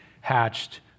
hatched